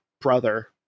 brother